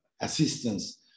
assistance